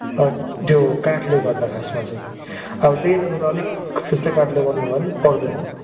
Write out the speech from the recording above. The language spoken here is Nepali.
त्यो काठले गर्दा खासमा चाहिँ अब त्यही तपाईँले अलिक त्यस्तै काठ लगाउनु भयो भने पर्दैन